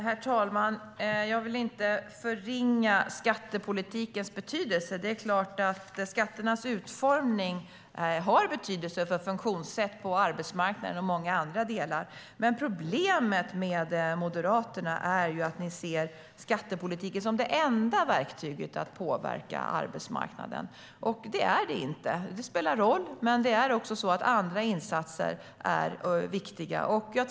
Herr talman! Jag vill inte förringa skattepolitikens betydelse; det är klart att skatternas utformning har betydelse för funktionssätt på arbetsmarknaden och i många andra delar. Problemet med Moderaterna är dock att ni ser skattepolitiken som det enda verktyget för att påverka arbetsmarknaden. Det är det inte. Skattepolitiken spelar roll, men andra insatser är också viktiga.